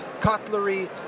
cutlery